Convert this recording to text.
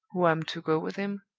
who am to go with him,